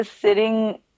sitting